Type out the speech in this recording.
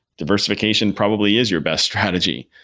diversification probably is your best strategy.